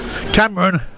Cameron